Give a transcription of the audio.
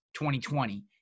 2020